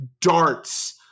darts